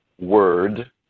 Word